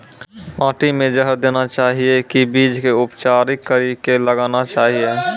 माटी मे जहर देना चाहिए की बीज के उपचारित कड़ी के लगाना चाहिए?